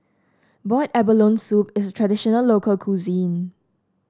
Boiled Abalone Soup is traditional local cuisine